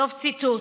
סוף ציטוט.